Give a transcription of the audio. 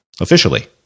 officially